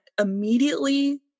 immediately